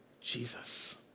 Jesus